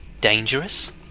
Dangerous